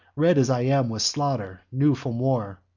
red as i am with slaughter, new from war,